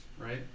right